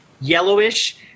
yellowish